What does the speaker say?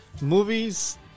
Movies